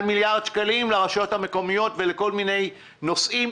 מיליארד שקלים לרשויות המקומיות ולכל מיני נושאים.